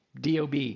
DOB